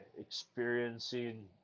experiencing